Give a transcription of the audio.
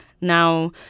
Now